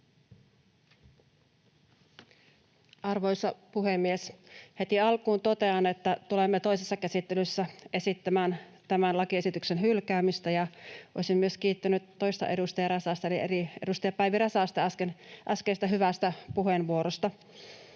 Arvoisa puhemies! Heti alkuun totean, että tulemme toisessa käsittelyssä esittämään tämän lakiesityksen hylkäämistä, ja olisin myös kiittänyt toista edustaja Räsästä eli edustaja Päivi Räsästä äskeisestä hyvästä puheenvuorosta.